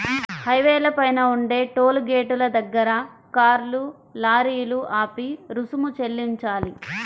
హైవేల పైన ఉండే టోలు గేటుల దగ్గర కార్లు, లారీలు ఆపి రుసుము చెల్లించాలి